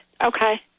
Okay